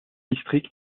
district